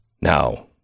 Now